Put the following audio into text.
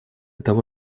того